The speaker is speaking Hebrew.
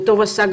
וטוב עשה,